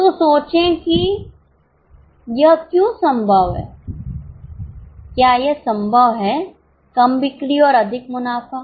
तो सोचें कि यह क्यों संभव है क्या यह संभव है कम बिक्री और अधिक मुनाफा